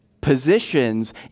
positions